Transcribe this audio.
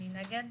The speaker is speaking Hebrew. מי נגד?